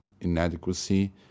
inadequacy